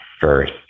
first